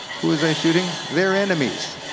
who was i shooting? their enemies,